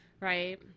right